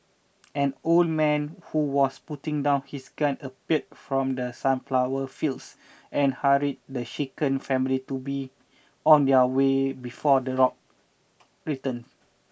an old man who was putting down his gun appeared from the sunflower fields and hurried the shaken family to be on their way before the dogs return